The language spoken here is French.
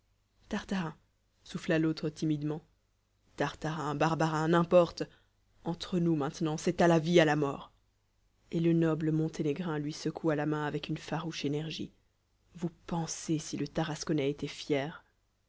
tartarin souffla l'autre timidement tartarin barbarin n'importe entre nous maintenant c'est à la vie à la mort et le noble monténégrin lui secoua la main avec une farouche énergie vous pensez si le tarasconnais était fier